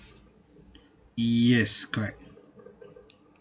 yes correct